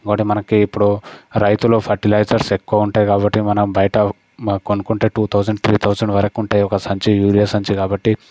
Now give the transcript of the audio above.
వాటి మనకి ఇప్పుడు రైతులు ఫర్టిలైజర్స్ ఎక్కువ ఉంటాయి కాబట్టి మనం బయట కొనుక్కుంటే టూ థౌసండ్ త్రి థౌసండ్ వరకు ఉంటాయి ఒక సంచి యూరియా సంచి కాబట్టి